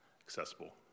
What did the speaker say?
accessible